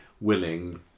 willing